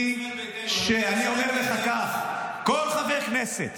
ביתנו --- אני אומר לך כך: כל חבר הכנסת